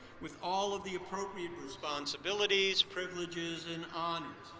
with all of the appropriate responsibilities, privileges, and honors.